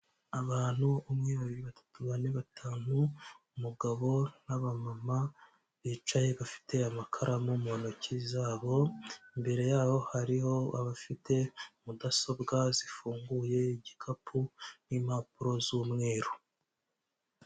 Abantu, umwe, babiri, batatu, bane, batanu, umugabo n'abamama bicaye bafite amakaramu mu ntoki zabo, imbere yaho hariho abafite mudasobwa zifunguye, igikapu, n'impapuro z'umweru.